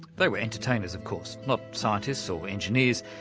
they were entertainers, of course, not scientists, or engineers.